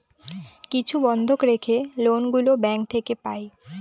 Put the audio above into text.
কিছু বন্ধক রেখে লোন গুলো ব্যাঙ্ক থেকে পাই